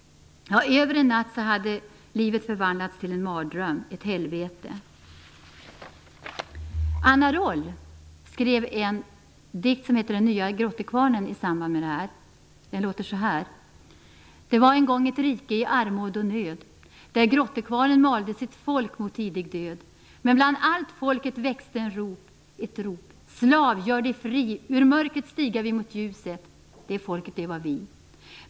Över en natt hade livet förvandlats till en mardröm, ett helvete. Anna Roll skrev en dikt som heter Den nya grottekvarnen i samband med det här. Den låter så här: Det var en gång ett rike i armod och i nöd, där grottekvarnen malde sitt folk mot tidig död, men bland allt folket växte ett rop: "Slav gör dig fri, ur mörkret stiga vi mot ljuset" - Det folket det var vi.